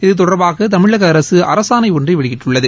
இதுதொடர்பாக தமிழக அரசு அரசாணை ஒன்றை வெளியிட்டுள்ளது